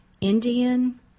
Indian